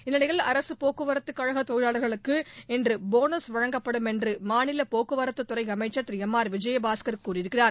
இந்நிலையில் அரசுப் போக்குவரத்துக்கழகத் தொழிலாளர்களுக்கு இன்று போனஸ் வழங்கப்படும் என்று மாநில போக்குவரத்துத்துறை அமைச்சர் திரு எம் ஆர் விஜயபாஸ்கர் கூறியிருக்கிறார்